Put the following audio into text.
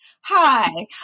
Hi